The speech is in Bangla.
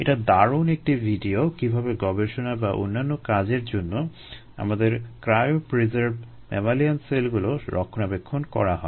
এটা দারুণ একটি ভিডিও - কীভাবে গবেষণা বা অন্যান্য কাজের জন্য আমাদের ক্রাইয়োপ্রিসার্ভড ম্যামালিয়ান সেলগুলো রক্ষণাবেক্ষণ করা হয়